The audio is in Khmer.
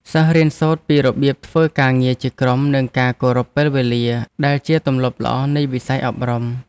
សិស្សរៀនសូត្រពីរបៀបធ្វើការងារជាក្រុមនិងការគោរពពេលវេលាដែលជាទម្លាប់ល្អនៃវិស័យអប់រំ។